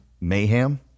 mayhem